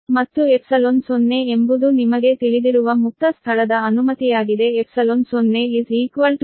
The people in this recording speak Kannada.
ಮತ್ತು ϵ 0 ಎಂಬುದು ನಿಮಗೆ ತಿಳಿದಿರುವ ಮುಕ್ತ ಸ್ಥಳದ ಅನುಮತಿಯಾಗಿದೆ ϵ 0 8